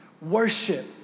worship